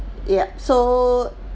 yup so